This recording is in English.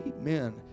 Amen